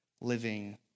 living